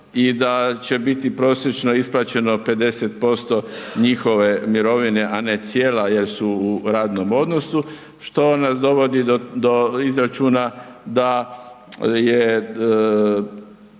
i da će biti prosječno isplaćeno 50% njihove mirovine, a ne cijela jel su u radnom odnosu što nas dovodi do izračuna da je